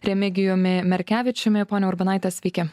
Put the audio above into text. remigijumi merkevičiumi ponia urbonaite sveiki